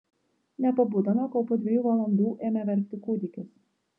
nepabudome kol po dviejų valandų ėmė verkti kūdikis